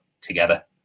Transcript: together